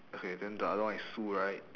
okay then the other one is sue right